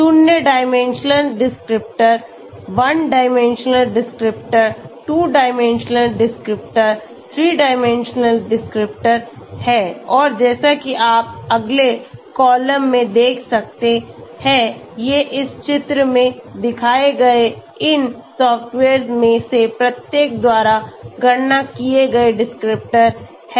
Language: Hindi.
शून्य dimensional descriptor 1 dimensional descriptor 2 dimensional descriptor 3 dimensional descriptor हैं और जैसा कि आप अगले कॉलम में देख सकते हैं ये इस चित्र में दिखाए गए इन सॉफ्टवेयर्स में से प्रत्येक द्वारा गणना किए गए डिस्क्रिप्टर हैं